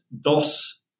DOS